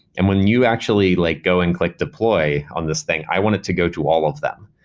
and when you actually like go and click deploy on this thing, i want it to go to all of them.